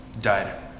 died